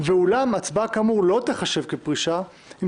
ואולם הצבעה כאמור לא תיחשב כפרישה אם